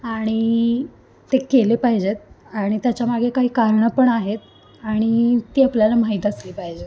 आणि ते केले पाहिजेत आणि त्याच्यामागे काही कारणं पण आहेत आणि ती आपल्याला माहीत असली पाहिजेत